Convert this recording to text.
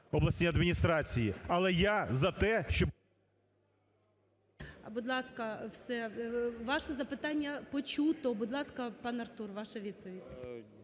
обласні адміністрації. Але я за те, щоб...